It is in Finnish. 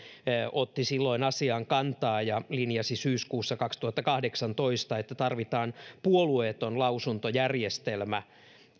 otti silloin asiaan kantaa ja linjasi syyskuussa kaksituhattakahdeksantoista että tarvitaan puolueeton lausuntojärjestelmä